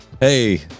Hey